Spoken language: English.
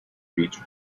beach